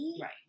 Right